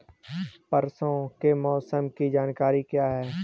परसों के मौसम की जानकारी क्या है?